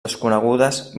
desconegudes